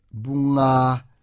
bunga